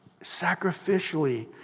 sacrificially